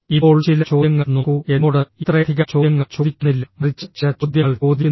ഇപ്പോൾ ചില ചോദ്യങ്ങൾ നോക്കൂ എന്നോട് ഇത്രയധികം ചോദ്യങ്ങൾ ചോദിക്കുന്നില്ല മറിച്ച് ചില ചോദ്യങ്ങൾ ചോദിക്കുന്നു